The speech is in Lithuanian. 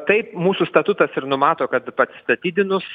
taip mūsų statutas ir numato kad atsistatydinus